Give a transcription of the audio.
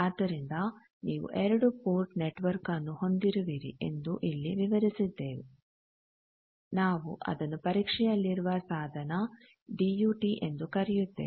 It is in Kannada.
ಆದ್ದರಿಂದ ನೀವು 2 ಪೋರ್ಟ್ ನೆಟ್ವರ್ಕ್ನ್ನು ಹೊಂದಿರುವಿರಿ ಎಂದು ಇಲ್ಲಿ ವಿವರಿಸಿದ್ದೇವೆ ನಾವು ಅದನ್ನು ಪರೀಕ್ಷೆಯಲ್ಲಿರುವ ಸಾಧನ ಡಿ ಯು ಟಿ ಎಂದು ಕರೆಯುತ್ತೇವೆ